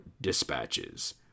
Dispatches